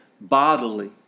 bodily